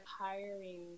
hiring